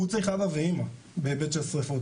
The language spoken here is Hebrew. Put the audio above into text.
הוא צריך אבא ואמא בהיבט של שריפות,